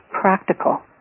practical